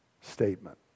statement